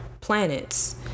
planets